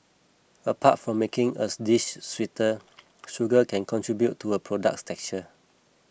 apart from making as dish sweeter sugar can contribute to a product's texture